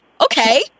okay